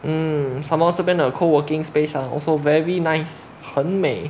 mm some more 这边的 co working space ah also very nice 很美